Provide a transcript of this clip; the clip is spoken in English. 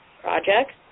projects